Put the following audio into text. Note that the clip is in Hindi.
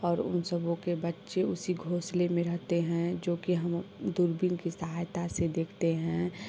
और उन सबों के बच्चे उसी घोंसले में रहते हैं जो कि हम दूरबीन की सहायता से देखते हैं